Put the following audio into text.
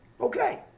okay